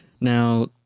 Now